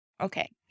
Okay